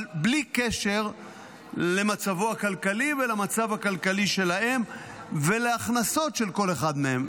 אבל בלי קשר למצבו הכלכלי ולמצב הכלכלי של האם ולהכנסות של כל אחד מהם,